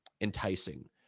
enticing